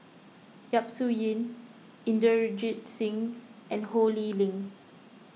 Yap Su Yin Inderjit Singh and Ho Lee Ling